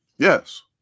Yes